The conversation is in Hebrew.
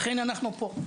לכן אנחנו פה.